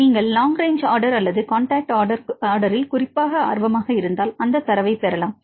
நீங்கள் long range order அல்லது contact order ல் குறிப்பாக ஆர்வமாக இருந்தால் அந்த தரவைப் பெறலாம்